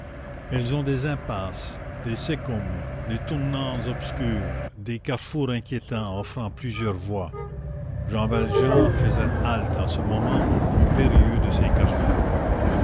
elles ont des impasses des cæcums des tournants obscurs des carrefours inquiétants offrant plusieurs voies jean valjean faisait halte en ce moment au plus périlleux de ces carrefours